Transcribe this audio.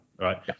right